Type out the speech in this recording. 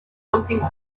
something